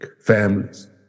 families